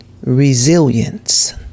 Resilience